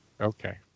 Okay